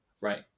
right